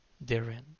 therein